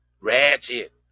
Ratchet